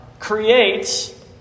creates